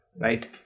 right